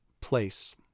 place